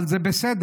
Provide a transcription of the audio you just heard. אבל זה בסדר.